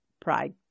pride